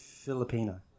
Filipino